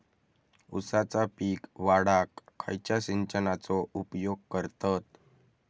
ऊसाचा पीक वाढाक खयच्या सिंचनाचो उपयोग करतत?